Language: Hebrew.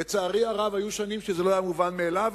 לצערי הרב היו שנים שזה לא היה מובן מאליו,